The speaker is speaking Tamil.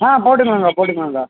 ஆ போட்டுக்கலாங்க்கா போட்டுக்கலாங்க்கா